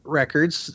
records